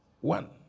One